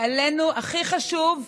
והכי חשוב,